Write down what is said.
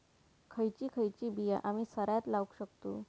खयची खयची बिया आम्ही सरायत लावक शकतु?